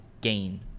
gain